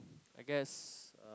I guess uh